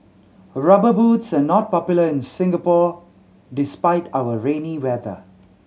Rubber Boots are not popular in Singapore despite our rainy weather